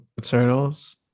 Eternals